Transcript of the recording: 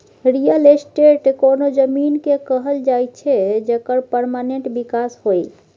real estate कोनो जमीन केँ कहल जाइ छै जकर परमानेंट बिकास होइ